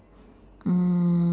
mm